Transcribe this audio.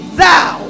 thou